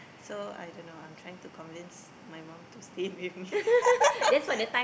so I don't know I'm trying to convince my mum to stay with me